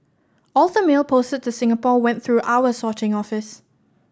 all the mail posted to Singapore went through our sorting office